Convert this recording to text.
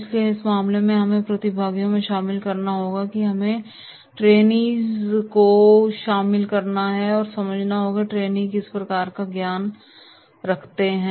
इसलिए इस मामले में हमें प्रतिभागियों को शामिल करना होगा हमें ट्रेनीस को शामिल करना होगा और हमें यह समझना होगा कि ट्रेनी को किस प्रकार का ज्ञान है